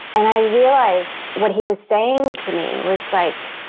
and i realized what he was saying to me was like,